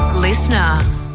Listener